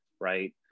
right